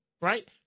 right